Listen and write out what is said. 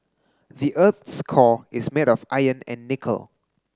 the earth's core is made of iron and nickel